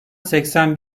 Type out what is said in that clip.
seksen